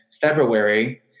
February